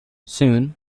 soon